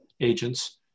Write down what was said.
agents